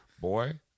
Boy